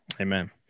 Amen